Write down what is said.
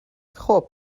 خوب